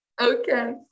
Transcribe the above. Okay